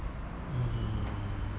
mm